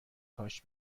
هاش